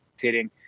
hitting